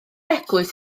eglwys